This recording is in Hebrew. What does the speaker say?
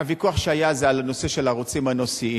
הוויכוח שהיה זה על הנושא של הערוצים הנושאיים.